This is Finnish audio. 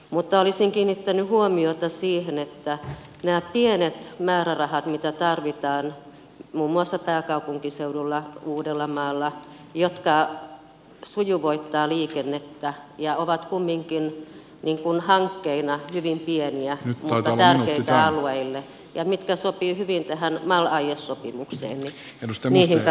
mutta olisin kiinnittänyt huomiota siihen että näihin pieniin määrärahoihin mitä tarvitaan muun muassa pääkaupunkiseudulla uudellamaalla hankkeisiin jotka sujuvoittavat liikennettä ja ovat kumminkin hankkeina hyvin pieniä mutta tärkeitä alueille ja jotka sopivat hyvin tähän mal aiesopimukseen kannattaa rahoitusta laittaa